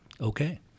okay